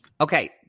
Okay